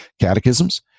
catechisms